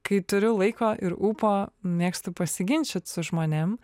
kai turiu laiko ir ūpo mėgstu pasiginčyt su žmonėm